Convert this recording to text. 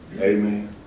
Amen